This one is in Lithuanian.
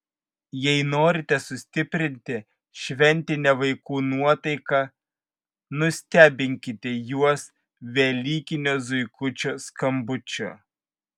jei norite sustiprinti šventinę vaikų nuotaiką nustebinkite juos velykinio zuikučio skambučiu